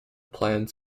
plant